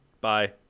Bye